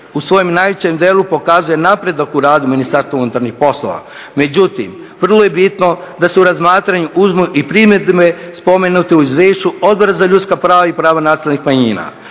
u svojem najvećem dijelu pokazuje napredak u radu Ministarstva unutarnjih poslova. Međutim, vrlo je bitno da se u razmatranje uzmu i primjedbe spomenute u izvješću Odbora za ljudska prava i prava nacionalnih manjina